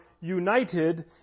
united